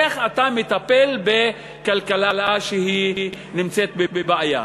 איך אתה מטפל בכלכלה שנמצאת בבעיה.